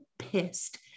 pissed